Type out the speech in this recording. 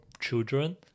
children